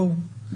בואו,